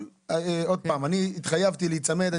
אני התחייבתי להיצמד,